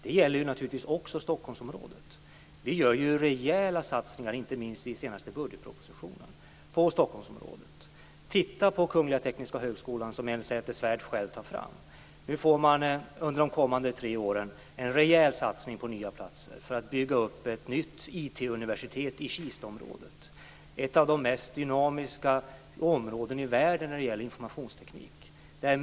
Det gäller naturligtvis också Stockholmsområdet. Vi gör rejäla satsningar, inte minst i den senaste budgetpropositionen, på Stockholmsområdet. Titta på Kungl. Tekniska högkolan, som Elmsäter-Svärd själv tar fram! Under de kommande tre åren får man en rejäl satsning på nya platser för att bygga upp ett nytt IT universitet i Kistaområdet, ett av de mest dynamiska områdena i världen när det gäller informationsteknik.